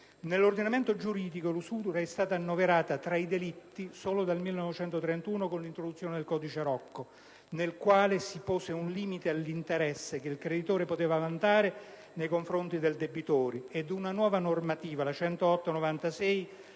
Nell'ordinamento giuridico l'usura è stata annoverata tra i delitti solo dal 1931, con l'introduzione del codice Rocco, nel quale si pose un limite all'interesse che il creditore poteva vantare nei confronti del debitore; una nuova normativa, la legge